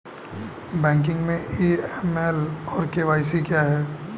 Banking में AML और KYC क्या हैं?